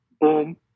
Boom